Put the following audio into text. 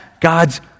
God's